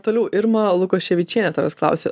toliau irma lukoševičienė tavęs klausia